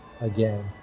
again